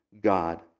God